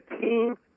team